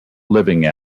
living